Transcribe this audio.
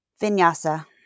vinyasa